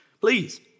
please